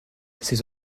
ses